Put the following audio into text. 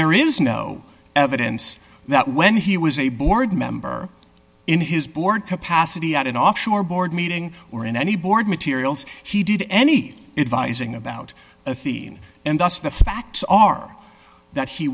there is no evidence that when he was a board member in his board capacity at an offshore board meeting or in any board materials he did any advising about athene and thus the facts are that he